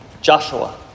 Joshua